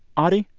audie?